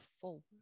forward